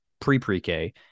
pre-pre-K